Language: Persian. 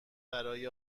برای